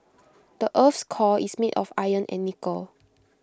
the Earth's core is made of iron and nickel